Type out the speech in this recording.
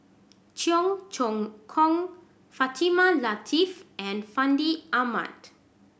Cheong Choong Kong Fatimah Lateef and Fandi Ahmad